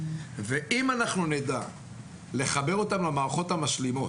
אם אנחנו נדע לחבר אותם למערכות המשלימות,